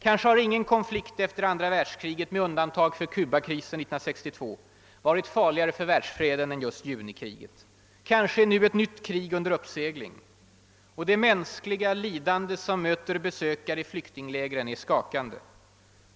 Kanske har ingen konflikt efter andra världskriget, med undantag för Kubakrisen 1962; varit farligare för världsfreden än just junikriget. Kanske är nu ett nytt krig under uppsegling. De mänskliga lidanden som möter besökare i flyktinglägren är skakande.